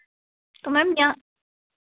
ma'am यहाँ